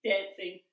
Dancing